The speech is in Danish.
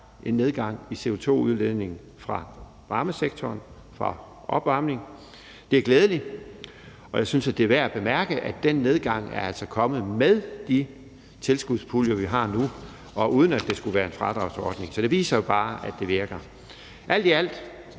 en nedgang i CO2-udledningen fra varmesektoren fra opvarmning. Det er glædeligt, og jeg synes, det er værd bemærke, at den nedgang altså er kommet med de tilskudspuljer, vi har nu, og uden at det skulle være en fradragsordning. Så det viser jo bare, at det virker. Alt i alt